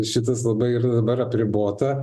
šitas labai ir dabar apribota